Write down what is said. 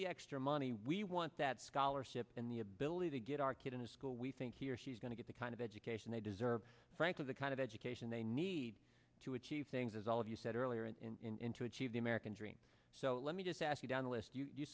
the extra money we want that scholarship and the ability to get our kid into school we think he or she is going to get the kind of education they deserve frankly the kind of education they need to achieve things as all of you said earlier in to achieve the american dream so let me just ask you to enlist you